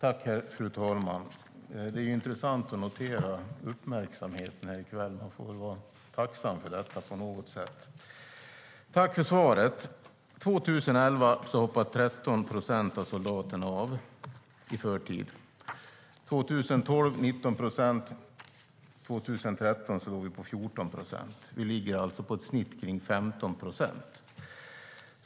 Fru talman! Det är intressant att notera uppmärksamheten här i kväll. Man får väl vara tacksam för detta på något sätt. Jag tackar för svaret. År 2011 hoppade 13 procent av soldaterna av i förtid. År 2012 var det 19 procent, och 2013 låg vi på 14 procent. Vi ligger alltså på ett snitt kring 15 procent.